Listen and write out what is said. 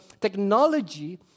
technology